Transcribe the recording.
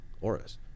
auras